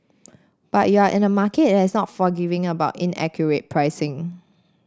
but you're in a market that it has not forgiving about inaccurate pricing